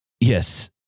Yes